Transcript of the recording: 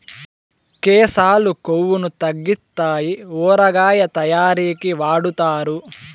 కేశాలు కొవ్వును తగ్గితాయి ఊరగాయ తయారీకి వాడుతారు